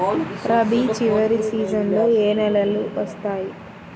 రబీ చివరి సీజన్లో ఏ నెలలు వస్తాయి?